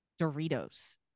Doritos